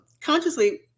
consciously